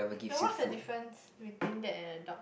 no what's the difference between that and a dog